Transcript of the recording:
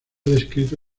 descrito